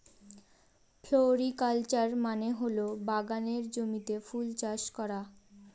floriculture মানে হল বাগানের জমিতে ফুল চাষ করা